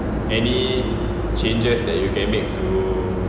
any changes that you can make to